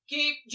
Keep